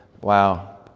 wow